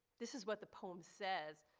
this is what the poem says.